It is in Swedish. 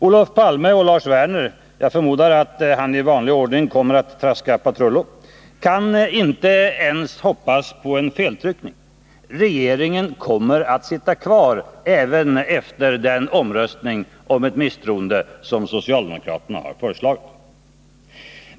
Olof Palme och Lars Werner — jag förmodar att han i vanlig ordning kommer att traska patrullo — kan inte ens hoppas på en feltryckning. Regeringen kommer att sitta kvar även efter den omröstning om ett misstroende som socialdemokraterna har föreslagit.